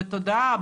בתודעה,